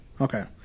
okay